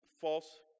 false